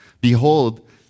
Behold